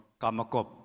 Kamakop